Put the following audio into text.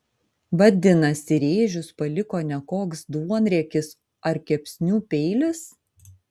vadinasi rėžius paliko ne koks duonriekis ar kepsnių peilis